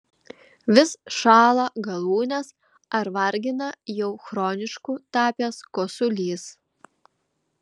vis šąla galūnės ar vargina jau chronišku tapęs kosulys